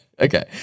Okay